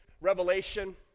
revelation